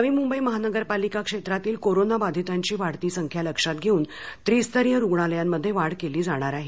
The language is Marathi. नवी मुंबई महानगरपालिका क्षेत्रातील कोरोना बाधितांची वाढती संख्या लक्षात घेऊन त्रिस्तरीय रूग्णालयामध्ये वाढ केली जाणार आहे